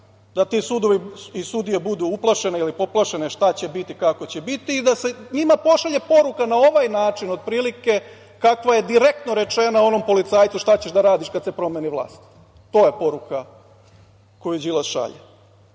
da ti sudovi i sudije budu uplašene ili poplašene šta će biti, kako će biti i da se njima pošalje poruka na ovaj način otprilike kakva je direktno rečena onom policajcu – šta ćeš da radiš kada se promeni vlast? To je poruka koju Đilas